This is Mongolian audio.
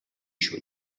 шүү